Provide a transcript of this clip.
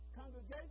congregation